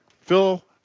Phil